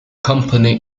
company